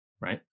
right